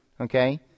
okay